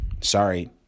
sorry